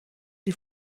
die